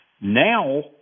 Now